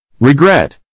regret